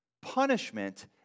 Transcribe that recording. punishment